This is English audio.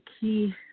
key